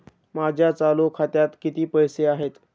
माझ्या चालू खात्यात किती पैसे आहेत?